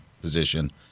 position